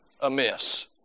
amiss